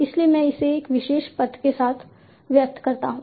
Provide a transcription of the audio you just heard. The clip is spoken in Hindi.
इसलिए मैं इसे एक विशेष पथ के साथ व्यक्त करता हूं